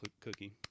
cookie